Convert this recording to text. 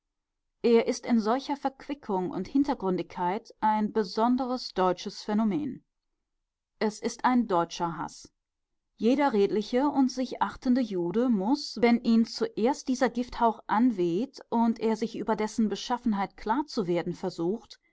er ist in solcher verquickung und hintergründigkeit ein besonderes deutsches phänomen es ist ein deutscher haß jeder redliche und sich achtende jude muß wenn ihn zuerst dieser gifthauch anweht und er sich über dessen beschaffenheit klar zu werden versucht